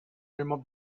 removed